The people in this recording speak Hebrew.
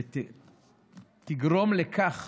ותגרום לכך